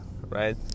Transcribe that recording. right